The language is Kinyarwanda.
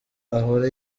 ahora